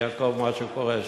ואני אעקוב אחר מה שקורה שם.